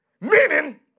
meaning